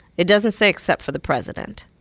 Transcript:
it doesn't say except for the president.